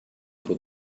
for